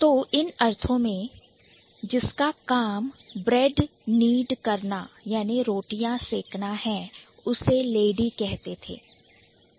तो जिसका काम bread knead ब्रेड नीड करना रोटी सेकना है उसे Lady कहते थे